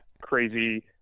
crazy